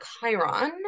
chiron